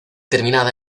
terminada